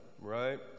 right